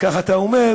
ככה אתה אומר,